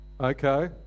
Okay